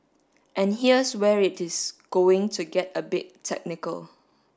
and here's where it is going to get a bit technical